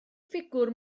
ffigwr